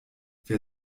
wer